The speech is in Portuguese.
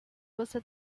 você